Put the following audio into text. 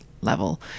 level